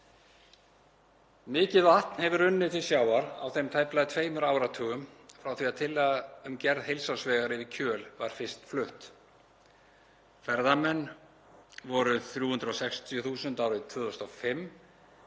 Mikið vatn hefur runnið til sjávar á þeim tæplega tveimur áratugum frá því að tillaga um gerð heilsársvegar yfir Kjöl var fyrst flutt. Ferðamenn voru 360 þúsund árið 2005